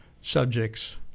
subjects